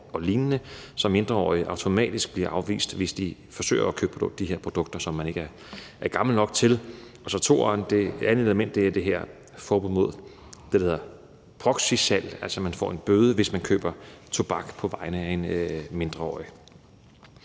og lignende, så mindreårige automatisk bliver afvist, hvis de forsøger at købe de her produkter, som de ikke er gamle nok til. Det andet element er det her forbud mod det, der hedder proxysalg, altså at man får en bøde, hvis man køber tobak på vegne af en mindreårig.